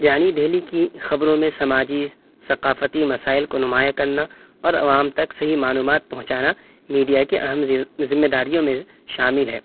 یعنی دہلی کی خبروں میں سماجی ثقافتی مسائل کو نمایاں کرنا اور عوام تک صحیح معلومات پہنچانا میڈیا کے اہم ذمے داریوں میں شامل ہے